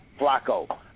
Flacco